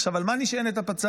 עכשיו, על מה נשענת הפצ"רית?